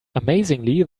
amazingly